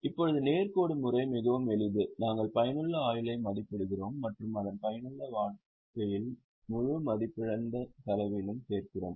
இப்போது நேர் கோடு முறை மிகவும் எளிது நாங்கள் பயனுள்ள ஆயுளை மதிப்பிடுகிறோம் மற்றும் அதன் பயனுள்ள வாழ்க்கையில் முழு மதிப்பிழந்த செலவிலும் சேர்க்கிறோம்